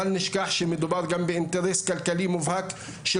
בל נשכח שמדובר גם באינטרס כלכלי מובהק של